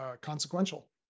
consequential